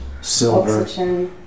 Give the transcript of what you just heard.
silver